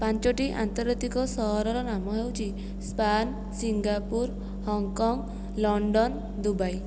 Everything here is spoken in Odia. ପାଞ୍ଚୋଟି ଆନ୍ତର୍ଜାତିକ ସହରର ନାମ ହେଉଛି Spain Singapore Hong Kong London Dubai